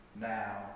now